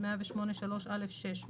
108(3)(א)(6),